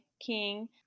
king